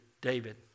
David